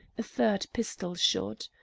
a third pistol-shot.